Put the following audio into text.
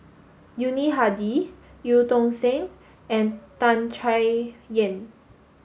Yuni Hadi Eu Tong Sen and Tan Chay Yan